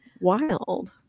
Wild